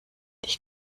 dich